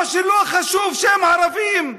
או שלא חשוב, שהם ערבים?